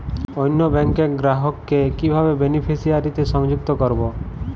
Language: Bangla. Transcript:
অন্য ব্যাংক র গ্রাহক কে কিভাবে বেনিফিসিয়ারি তে সংযুক্ত করবো?